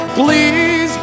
please